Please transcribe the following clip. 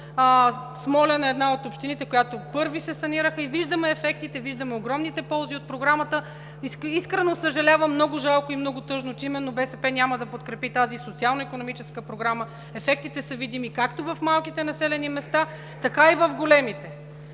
Смолян е една от общиние, в която първи се санираха. Виждаме ефектите, виждаме огромните ползи от Програмата. Искрено съжалявам, много жалко и много тъжно, че именно БСП няма да подкрепи тази социално-икономическа програма. Ефектите са видими както в малките населени места, така и в големите.